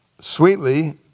sweetly